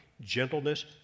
gentleness